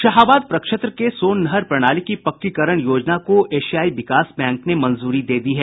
शाहाबाद प्रक्षेत्र के सोन नहर प्रणाली की पक्कीकरण योजना को एशियाई विकास बैंक ने मंजूरी दे दी है